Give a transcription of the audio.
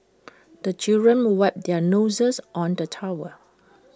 the children wipe their noses on the towel